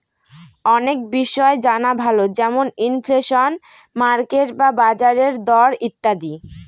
অনেক বিষয় জানা ভালো যেমন ইনফ্লেশন, মার্কেট বা বাজারের দর ইত্যাদি